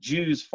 Jews